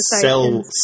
sell